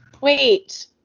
Wait